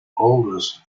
oldest